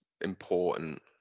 important